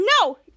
no